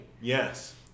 Yes